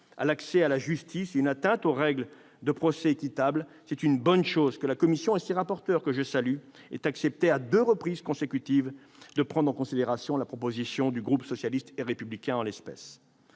à l'accès à la justice et une atteinte aux règles du procès équitable. C'est une bonne chose que la commission et ses rapporteurs, que je salue, aient accepté à deux reprises de prendre en considération la proposition du groupe socialiste et républicain. Je remercie